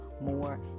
more